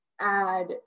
add